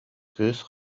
кыыс